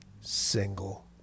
single